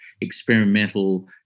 experimental